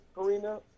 Karina